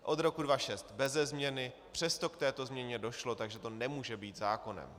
Od roku 2006 beze změny, přesto k této změně došlo, takže to nemůže být zákonem.